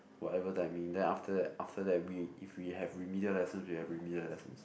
whatever timing then after that after that we if we have remedial lesson we have remedial lessons